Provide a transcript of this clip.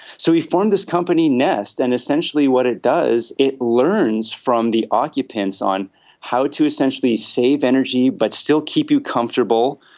so he formed this company nest, and essentially what it does, it learns from the occupants on how to essentially save energy but still keep you comfortable,